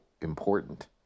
important